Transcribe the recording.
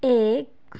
ایک